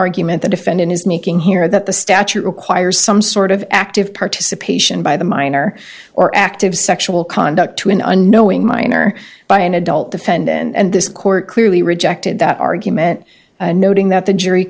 argument the defendant is making here that the statute requires some sort of active participation by the minor or active sexual conduct to an unknowing minor by an adult offend and this court clearly rejected that argument noting that the jury